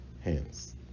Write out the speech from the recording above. hands